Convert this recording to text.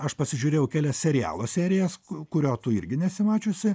aš pasižiūrėjau kelias serialo serijas kur kurio tu irgi nesi mačiusi